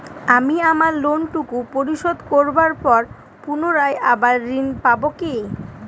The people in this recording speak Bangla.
আমি আমার লোন টুকু পরিশোধ করবার পর পুনরায় আবার ঋণ পাবো কি?